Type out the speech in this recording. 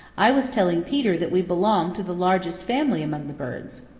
i was telling peter that we belong to the largest family among the birds.